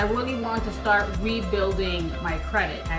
um really want to start rebuilding my credit.